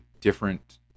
different